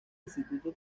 instituto